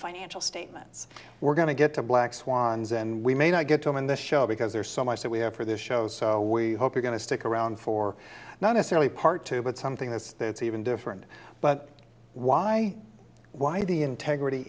financial statements we're going to get to black swans and we may not get to in this show because there's so much that we have for this show so we hope we're going to stick around for not necessarily part two but something that's that's even different but why why the integrity